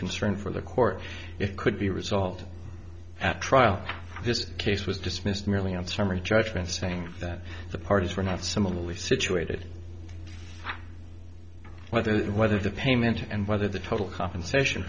concern for the court it could be resolved at trial this case was dismissed merely on summary judgment saying that the parties were not similarly situated whether whether the payment and whether the total compensation